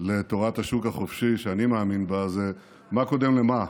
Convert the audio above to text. לתורת השוק החופשי שאני מאמין בה זה מה קודם למה: